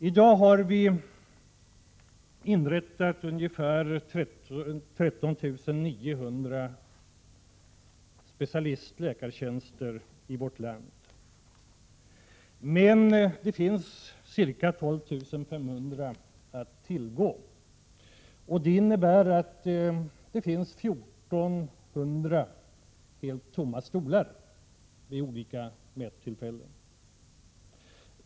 I dag har vi inrättat ungefär 13 900 specialistläkartjänster i vårt land, men det finns bara ca 12 500 sådana läkare att tillgå. Det innebär att 1 400 stolar stått tomma vid olika mättillfällen.